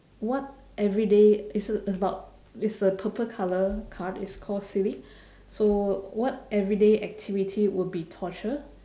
what everyday it's about it's a purple colour card it's called silly so what everyday activity would be torture